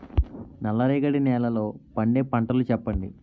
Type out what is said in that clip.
నల్ల రేగడి నెలలో పండే పంటలు చెప్పండి?